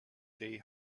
they